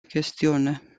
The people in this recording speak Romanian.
chestiune